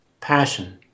passion